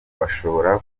bashobora